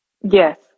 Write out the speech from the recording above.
Yes